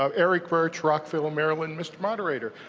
um eric birch, rockfield, maryland. mr. moderator,